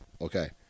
Okay